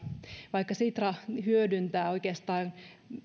vaikka sitra hyödyntää oikeastaan